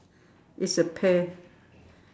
it's the pair